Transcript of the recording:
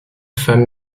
femme